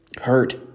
hurt